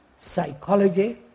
psychology